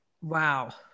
Wow